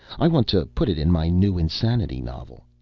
i want to put it in my new insanity novel.